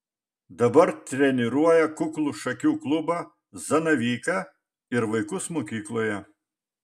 dabar treniruoja kuklų šakių klubą zanavyką ir vaikus mokykloje